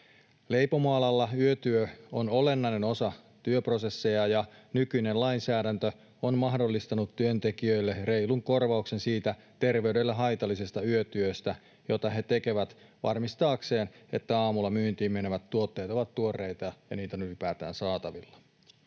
Leipomoalalla yötyö on olennainen osa työprosesseja, ja nykyinen lainsäädäntö on mahdollistanut työntekijöille reilun korvauksen siitä terveydelle haitallisesta yötyöstä, jota he tekevät varmistaakseen, että aamulla myyntiin menevät tuotteet ovat tuoreita ja niitä on ylipäätään saatavilla.